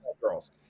girls